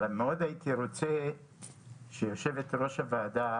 אבל מאוד הייתי רוצה שיושבת-ראש הוועדה